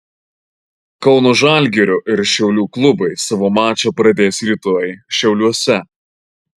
kauno žalgirio ir šiaulių klubai savo mačą pradės rytoj šiauliuose